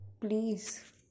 Please